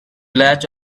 latch